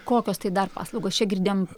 kokios tai dar paslaugos čia girdėjom